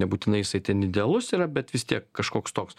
nebūtinai jisai ten idealus yra bet vis tiek kažkoks toks